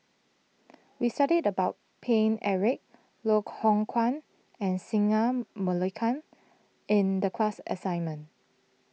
we studied about Paine Eric Loh Hoong Kwan and Singai Mukilan in the class assignment